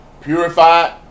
purified